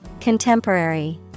Contemporary